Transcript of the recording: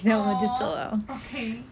!aww! okay